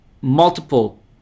multiple